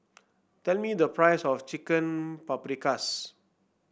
tell me the price of Chicken Paprikas